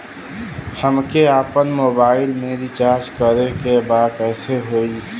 हमके आपन मोबाइल मे रिचार्ज करे के बा कैसे होई?